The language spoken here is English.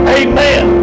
amen